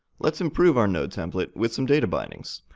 let's improve our nodetemplate with some data bindings.